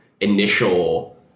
initial